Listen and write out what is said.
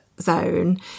zone